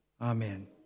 Amen